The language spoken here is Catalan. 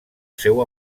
seu